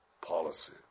policy